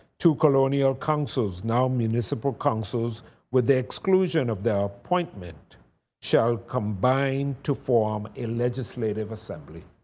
two colonial councils, now municipal councils with the exclusion of the appointment shall combine to form a legislative assembly.